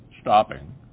stopping